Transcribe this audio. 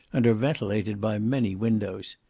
and are ventilated by many windows.